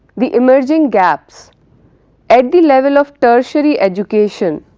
the emerging gaps at the level of tertiary education